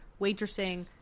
waitressing